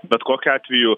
bet kokiu atveju